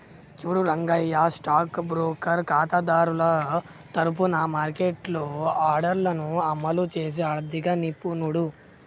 చూడు Rangayya stock broker ఖాతాదారుల తరఫున మార్కెట్లో ఆర్డర్లను అమలు చేసే ఆర్థిక నిపుణుడు